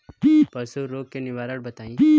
पशु रोग के निवारण बताई?